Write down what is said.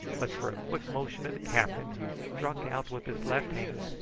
but for a quick motion of the captain, who struck out with his left hand,